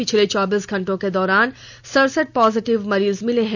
पिछले चौबीस घंटों के दौरान सड़सठ पॉजिटिव मरीज मिले हैं